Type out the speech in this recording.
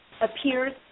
appears